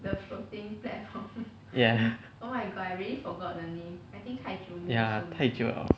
ya ya 太久 liao